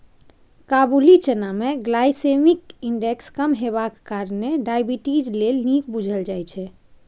काबुली चना मे glycaemic index कम हेबाक कारणेँ डायबिटीज लेल नीक बुझल जाइ छै